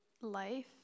life